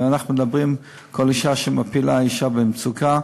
כל אישה שמפילה היא אישה במצוקה.